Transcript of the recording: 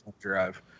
drive